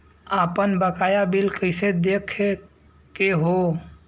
आपन बकाया बिल कइसे देखे के हौ?